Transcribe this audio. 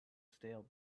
stale